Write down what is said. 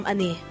Ani